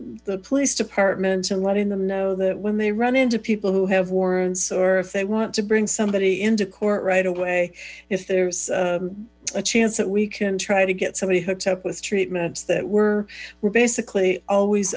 the police department and letting them know that when they run into people who have warrants or if they want to bring somebody into court right away if there's a chance we can try to get somebody hooked up with treatments that were basically always